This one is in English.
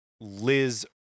Liz